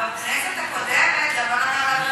אבל בכנסת הקודמת הוא גם לא נתן להעביר